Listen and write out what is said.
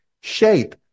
shape